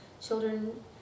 children